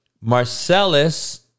Marcellus